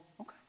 Okay